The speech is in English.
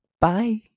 Bye